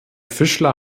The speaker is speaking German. fischler